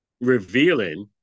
revealing